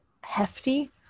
hefty